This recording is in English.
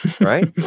right